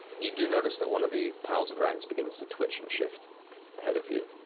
you do notice that one of the piles of rags begins to twitch and shift ahead of you.